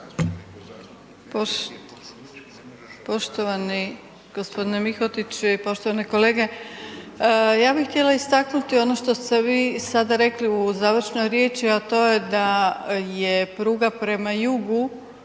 Poštovani g. Mihotić i poštovane kolege, ja bih htjela istaknuti ono što ste vi sada rekli u završnoj riječi, a to je da je pruga prema jugu,